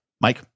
mike